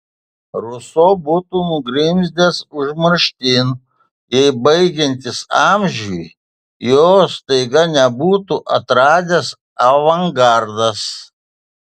ruso būtų nugrimzdęs užmarštin jei baigiantis amžiui jo staiga nebūtų atradęs avangardas